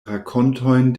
rakontojn